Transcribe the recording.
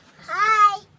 Hi